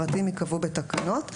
הפרטים ייקבעו בתקנות,